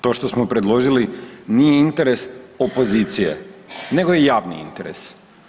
To što smo predložili nije interes opozicije nego je javni interes.